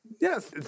Yes